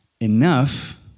Enough